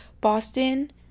Boston